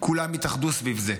כולם יתאחדו סביב זה.